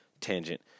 Tangent